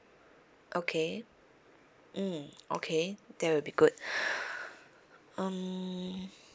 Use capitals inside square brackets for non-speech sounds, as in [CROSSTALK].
okay mm okay that will be good [BREATH] um